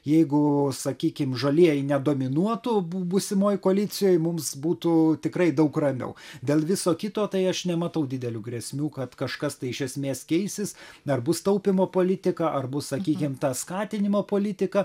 jeigu sakykim žalieji nedominuotų bū būsimoj koalicijoj mums būtų tikrai daug ramiau dėl viso kito tai aš nematau didelių grėsmių kad kažkas tai iš esmės keisis ar bus taupymo politika arba sakykim ta skatinimo politika